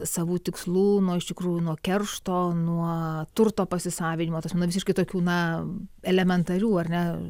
savų tikslų nuo iš tikrųjų nuo keršto nuo turto pasisavinimo taprasme nuo visiškai tokių na elementarių ar ne